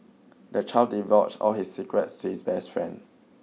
the child divulged all his secrets to his best friend